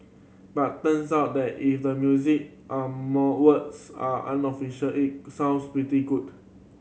but turns out that if the music are more words are unofficial it sounds pretty good